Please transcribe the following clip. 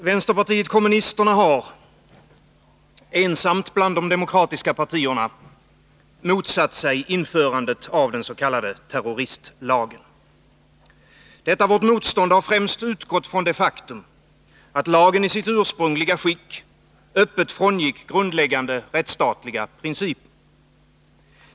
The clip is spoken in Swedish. Vänsterpartiet kommunisterna har — ensamt bland de demokratiska partierna — motsatt sig införandet av den s.k. terroristlagen. Detta vårt motstånd har främst utgått från det faktum att lagen i sitt ursprungliga skick öppet frångick grundläggande rättsstatliga principer.